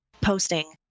posting